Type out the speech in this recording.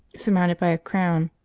surmounted by a crown,